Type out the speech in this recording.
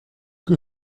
que